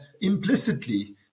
implicitly